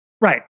Right